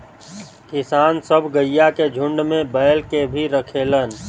किसान सब गइया के झुण्ड में बैल के भी रखेलन